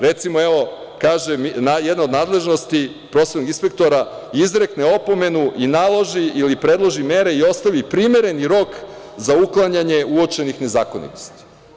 Recimo, evo, jedna od nadležnosti prosvetnog inspektora jeste da izrekne opomenu i naloži ili predloži mere i ostavi primereni rok za uklanjanje uočenih nezakonitosti.